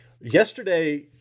yesterday